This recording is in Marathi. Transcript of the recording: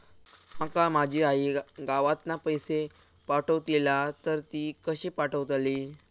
माका माझी आई गावातना पैसे पाठवतीला तर ती कशी पाठवतली?